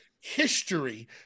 history